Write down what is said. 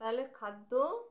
তাহলে খাদ্যও